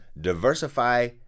diversify